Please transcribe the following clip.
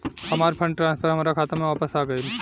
हमार fund transfer हमार खाता में वापस आ गइल